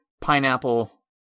pineapple